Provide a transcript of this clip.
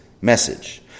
message